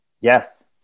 yes